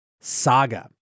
saga